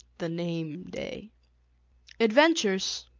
the name-day adventures,